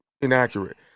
inaccurate